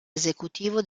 esecutivo